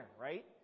Right